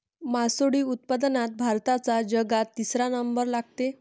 मासोळी उत्पादनात भारताचा जगात तिसरा नंबर लागते